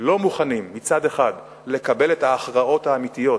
לא מוכנים מצד אחד לקבל את ההכרעות האמיתיות,